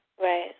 Right